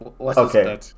okay